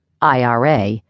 IRA